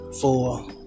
four